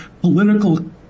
political